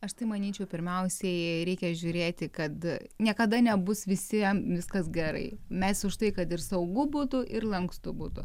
aš tai manyčiau pirmiausiai reikia žiūrėti kad niekada nebus visiem viskas gerai mes už tai kad ir saugu būtų ir lankstų būtų